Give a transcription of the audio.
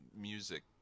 music